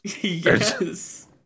Yes